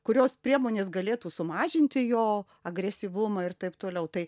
kurios priemonės galėtų sumažinti jo agresyvumą ir taip toliau tai